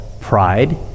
pride